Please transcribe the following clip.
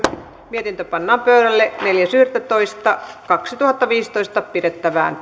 mietintö pannaan pöydälle neljäs yhdettätoista kaksituhattaviisitoista pidettävään